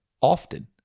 often